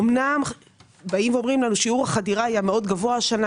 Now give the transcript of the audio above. אמנם באים אומרים לנו - שיעור החדירה היה מאוד גבוה השנה,